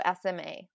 SMA